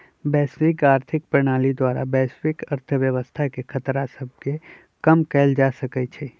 वैश्विक आर्थिक प्रणाली द्वारा वैश्विक अर्थव्यवस्था के खतरा सभके कम कएल जा सकइ छइ